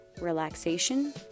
relaxation